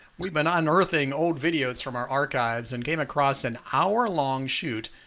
we've been ah unearthing old videos from our archives and came across an hour long shoot.